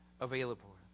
available